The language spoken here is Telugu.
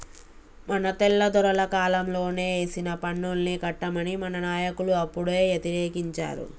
మన తెల్లదొరల కాలంలోనే ఏసిన పన్నుల్ని కట్టమని మన నాయకులు అప్పుడే యతిరేకించారు